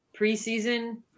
preseason –